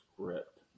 script